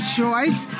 choice